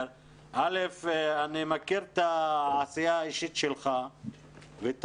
אני מכיר את העשייה האישית שלך ואת